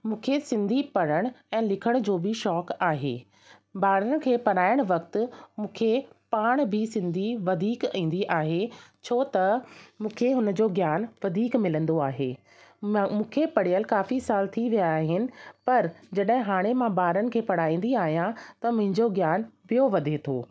मूंखे सिंधी पढ़ण ऐं लिखण जो बि शौक़ु आहे ॿारनि खे पढ़ाइण वक़्तु मूंखे पाण बि सिंधी वधीक ईंदी आहे छो त मूंखे हुन जो ज्ञान वधीक मिलंदो आहे म मूंखे पढ़ियलु काफ़ी साल थी विया आहिनि पर जॾहिं हाणे मां ॿारनि खे पढ़ाईंदी आहियां त मुंहिंजो ज्ञान ॿियो वधे थो